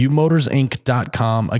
Umotorsinc.com